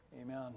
Amen